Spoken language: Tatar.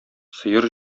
сыер